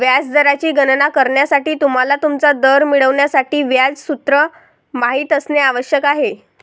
व्याज दराची गणना करण्यासाठी, तुम्हाला तुमचा दर मिळवण्यासाठी व्याज सूत्र माहित असणे आवश्यक आहे